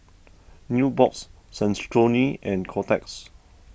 Nubox Saucony and Kotex